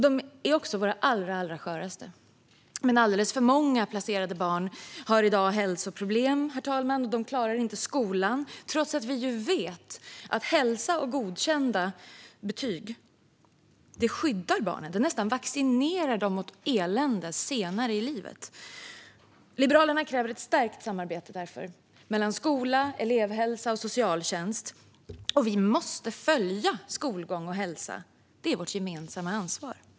De är också våra allra sköraste. Alldeles för många placerade barn har hälsoproblem, och de klarar inte skolan. Men vi vet ju att hälsa och godkända betyg skyddar barnen, ja, nästan vaccinerar dem mot elände senare i livet. Liberalerna kräver därför ett stärkt samarbete mellan skola, elevhälsa och socialtjänst. Vi måste följa skolgång och hälsa, för det är vårt gemensamma ansvar.